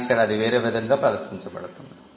కానీ ఇక్కడ అది వేరే విధంగా ప్రదర్శించబడుతుంది